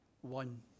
one